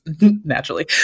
naturally